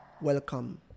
Welcome